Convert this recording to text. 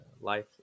life